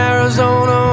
Arizona